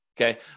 Okay